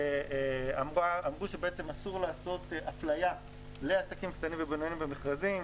שאמרו שאסור לעשות אפליה לעסקים קטנים ובינוניים במכרזים.